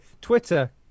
Twitter